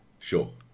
Sure